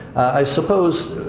i suppose,